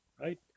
Right